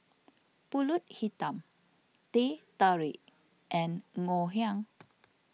Pulut Hitam Teh Tarik and Ngoh Hiang